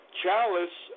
chalice